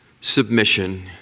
submission